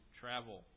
travel